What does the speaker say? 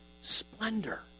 splendor